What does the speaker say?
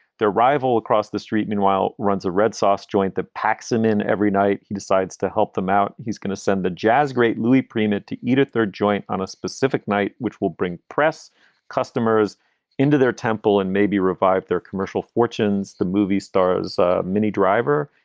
their rival across the street. meanwhile, runs a red sox joint that packs him in every night. he decides to help them out. he's gonna send a jazz great louis prima to edith, their joint on a specific night, which will bring press customers into their temple and maybe revive their commercial fortunes. the movie stars minnie driver,